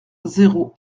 zéro